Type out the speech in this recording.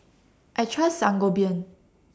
I Trust Sangobion